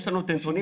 יש לנו נתונים,